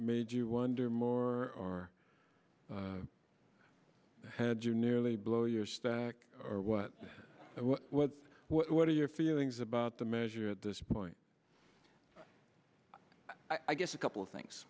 made you wonder more had you nearly blow your stack or what what what what are your feelings about the measure at this point i guess a couple of things